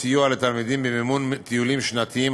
סיוע לתלמידים במימון טיולים שנתיים),